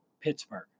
Pittsburgh